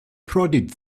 prodded